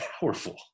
powerful